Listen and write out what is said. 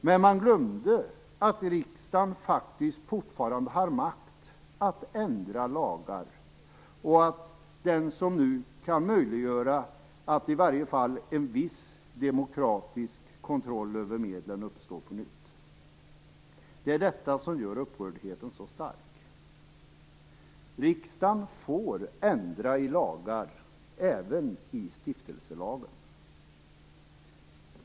Men man glömde att riksdagen faktiskt fortfarande har makt att ändra lagar och att det är den som nu kan möjliggöra att i varje fall en viss demokratisk kontroll över medlen uppstår på nytt. Det är detta som gör upprördheten så stark. Riksdagen får ändra i lagar, även i stiftelselagen.